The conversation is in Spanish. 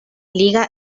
liga